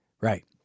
right